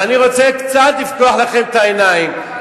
אז אני רוצה קצת לפקוח לכם את העיניים,